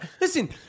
Listen